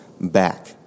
back